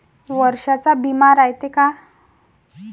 वर्षाचा बिमा रायते का?